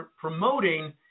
promoting